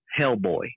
Hellboy